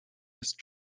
ist